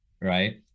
right